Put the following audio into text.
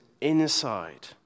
inside